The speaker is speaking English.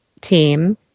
team